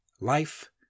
Life